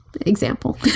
example